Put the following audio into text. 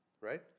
right